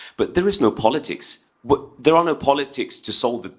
but there is no politics but there are no politics to solve it,